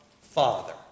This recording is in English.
Father